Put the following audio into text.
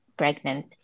pregnant